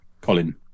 colin